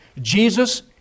Jesus